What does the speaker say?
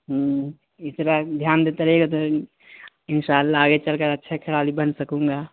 دھیان دیتا رہے گا تو ان شاء اللہ آگے چل کر اچھا کھلاڑی بن سکوں گا